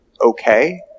okay